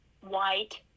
white